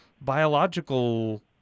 biological